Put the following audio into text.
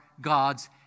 God's